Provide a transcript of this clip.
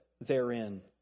therein